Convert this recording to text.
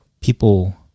people